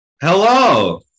Hello